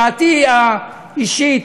דעתי האישית,